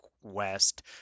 West